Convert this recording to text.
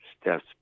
steps